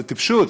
זאת טיפשות.